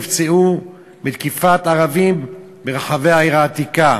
נפצעו מתקיפת ערבים ברחבי העיר העתיקה.